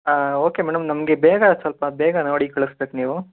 ಹಾಂ okay madam ನಮಗೆ ಬೇಗ ಸ್ವಲ್ಪ ಬೇಗ ನೋಡಿ ಕಳಿಸಬೇಕು ನೀವು